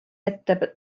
jätta